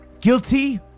Guilty